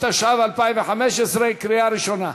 התשע"ו 2015, קריאה ראשונה.